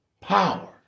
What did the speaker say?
Power